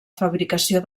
fabricació